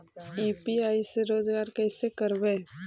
UPI से रोजगार कैसे करबय?